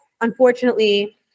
unfortunately